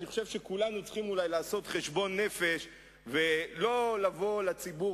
אני חושב שכולנו צריכים אולי לעשות חשבון נפש ולא לבוא לציבור